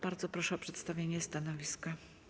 Bardzo proszę o przedstawienie stanowiska.